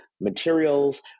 materials